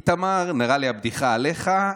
איתמר, נראה לי שהבדיחה עליך.